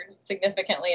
significantly